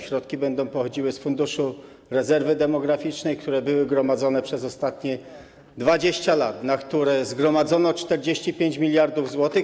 Środki będą pochodziły z Funduszu Rezerwy Demograficznej, były gromadzone przez ostatnie 20 lat, zgromadzono 45 mld zł.